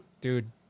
dude